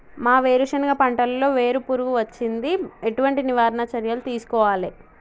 మా వేరుశెనగ పంటలలో వేరు పురుగు వచ్చింది? ఎటువంటి నివారణ చర్యలు తీసుకోవాలే?